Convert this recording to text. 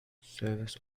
service